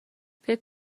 فکر